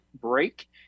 break